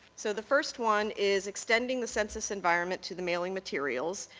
so the first one is extending the census environment to the mailing materials.